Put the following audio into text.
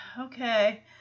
okay